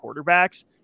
quarterbacks